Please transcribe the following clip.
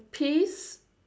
peace